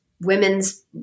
women's